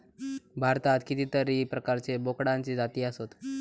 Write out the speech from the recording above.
भारतात कितीतरी प्रकारचे बोकडांचे जाती आसत